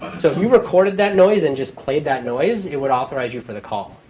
so if you recorded that noise and just played that noise, it would authorize you for the call.